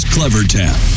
Clevertap